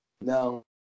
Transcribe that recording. No